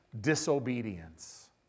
disobedience